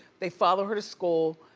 they follow her to school.